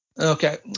Okay